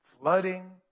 flooding